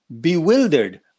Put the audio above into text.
Bewildered